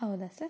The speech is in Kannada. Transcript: ಹೌದಾ ಸರ್